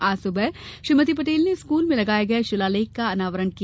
आज सुबह श्रीमती पटेल ने स्कूल में लगाये गये शिलालेख का अनावरण किया